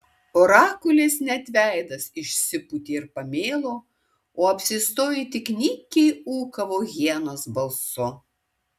orakulės net veidas išsipūtė ir pamėlo o apsėstoji tik nykiai ūkavo hienos balsu